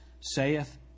saith